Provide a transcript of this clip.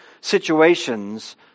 situations